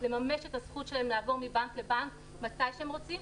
לממש את הזכות שלהם לעבור מבנק לבנק מתי שהם רוצים.